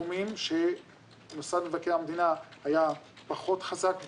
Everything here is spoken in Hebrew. תחומים שמשרד מבקר המדינה היה פחות חזק בהם,